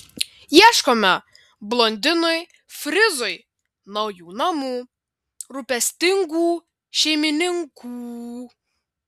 ieškome blondinui frizui naujų namų rūpestingų šeimininkų